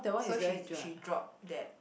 so she she dropped that